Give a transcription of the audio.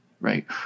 right